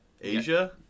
Asia